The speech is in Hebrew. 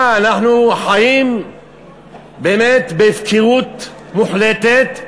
אנחנו חיים בהפקרות מוחלטת,